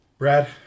Brad